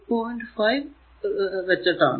5 രൂപ വീതമാണ്